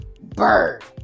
bird